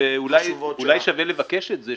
ואולי שווה לבקש את זה,